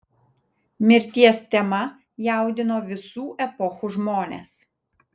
mirties tema jaudino visų epochų žmones